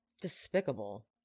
Despicable